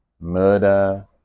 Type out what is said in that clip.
murder